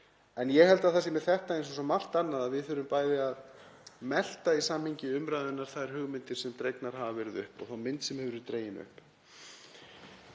En ég held að það sé með þetta eins og svo margt annað að við þurfum bæði að melta í samhengi umræðunnar þær hugmyndir sem dregnar hafa verið upp og þá mynd sem hefur verið dregin upp.